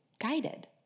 guided